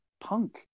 punk